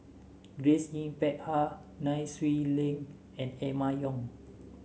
Grace Yin Peck Ha Nai Swee Leng and Emma Yong